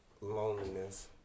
loneliness